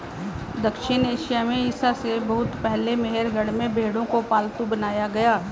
दक्षिण एशिया में ईसा से बहुत पहले मेहरगढ़ में भेंड़ों को पालतू बनाया गया